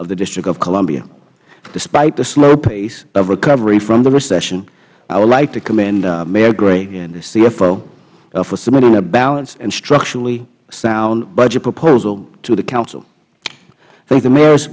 of the district of columbia despite the slow pace of recovery from the recession i would like to commend mayor gray and the cfo for submitting a balanced and structurally sound budget proposal to the council i think the mayor's